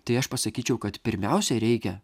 tai aš pasakyčiau kad pirmiausia reikia